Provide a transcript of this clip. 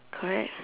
correct